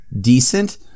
decent